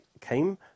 came